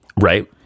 Right